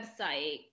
website